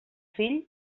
fill